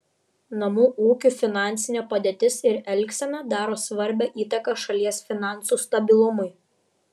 namų ūkių finansinė padėtis ir elgsena daro svarbią įtaką šalies finansų stabilumui